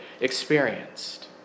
experienced